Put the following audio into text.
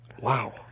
Wow